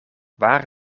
waar